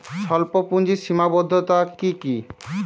স্বল্পপুঁজির সীমাবদ্ধতা কী কী?